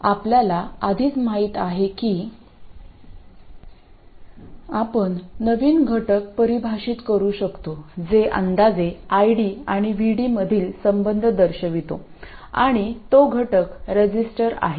आता आपल्याला आधीच माहित आहे की आपण नवीन घटक परिभाषित करू शकतो जे अंदाजे ID आणि VD मधील संबंध दर्शवितो आणि तो घटक रेसिस्टर आहे